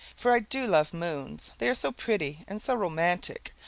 for i do love moons, they are so pretty and so romantic.